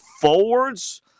forwards